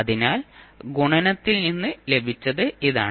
അതിനാൽ ഗുണനത്തിൽ നിന്ന് ലഭിച്ചത് ഇതാണ്